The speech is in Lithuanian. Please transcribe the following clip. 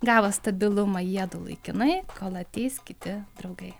gavo stabilumą jiedu laikinai kol ateis kiti draugai